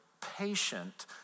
patient